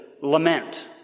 lament